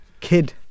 kid